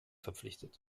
verpflichtet